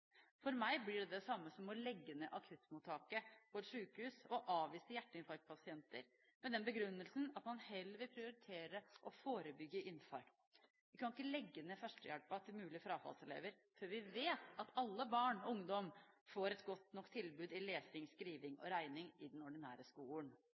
For meg blir det det samme som å legge ned akuttmottaket på et sykehus og avvise hjerteinfarktpasienter med den begrunnelsen at man heller vil prioritere å forebygge infarkt. Vi kan ikke legge ned førstehjelpen til mulige frafallselever før vi vet at alle barn og all ungdom får et godt nok tilbud i lesing, skriving